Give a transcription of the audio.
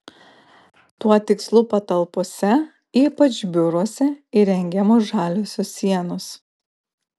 tuo tikslu patalpose ypač biuruose įrengiamos žaliosios sienos